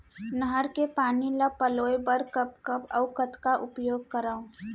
नहर के पानी ल पलोय बर कब कब अऊ कतका उपयोग करंव?